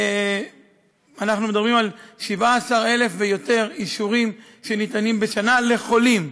אנחנו מדברים על 17,000 ויותר אישורים שניתנים בשנה לחולים.